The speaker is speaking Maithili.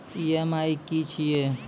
ई.एम.आई की छिये?